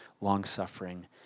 long-suffering